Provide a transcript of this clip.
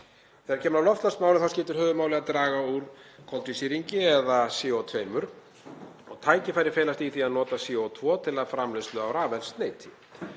Þegar kemur að loftslagsmálum þá skiptir höfuðmáli að draga úr koltvísýringi eða CO2 og tækifæri felast í því að nota CO2 til framleiðslu á rafeldsneyti.